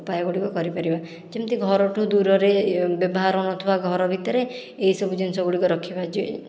ଉପାୟଗୁଡ଼ିକ କରିପାରିବା ଯେମିତି ଘରଠାରୁ ଦୂରରେ ବ୍ୟବହାର ହେଉନଥିବା ଘର ଭିତରେ ଏହିସବୁ ଜିନଷ ଗୁଡ଼ିକ ରଖିବା ଯେ